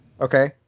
Okay